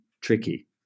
tricky